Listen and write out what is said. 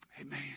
Amen